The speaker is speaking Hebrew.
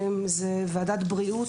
זו ועדת בריאות,